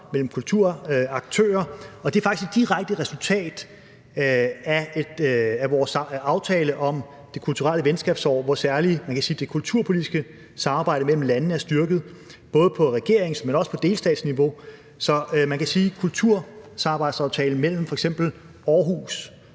mellem kulturaktører. Og det er faktisk et direkte resultat af vores aftale om det kulturelle venskabsår, hvor særlig det kulturpolitiske samarbejde mellem landene er styrket, både på regeringsniveau, men også på delstatsniveau. Så man kan sige, at kultursamarbejdsaftalen mellem f.eks. Aarhus